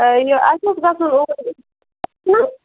یہِ اَسہِ اوس گژھُن